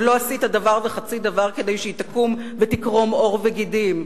לא עשית דבר וחצי דבר כדי שהיא תקום ותקרום עור וגידים.